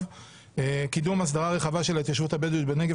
אפשר לומר - קידום הסדרה רחבה של ההתיישבות הבדואית בנגב,